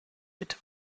bitte